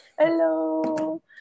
Hello